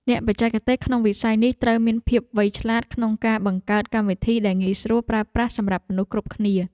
អ្នកបច្ចេកទេសក្នុងវិស័យនេះត្រូវមានភាពវៃឆ្លាតក្នុងការបង្កើតកម្មវិធីដែលងាយស្រួលប្រើប្រាស់សម្រាប់មនុស្សគ្រប់គ្នា។